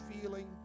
feeling